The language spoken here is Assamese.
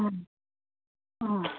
অঁ অঁ